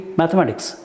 mathematics